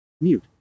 mute